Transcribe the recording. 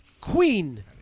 Queen